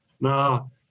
Now